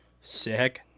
sick